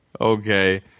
Okay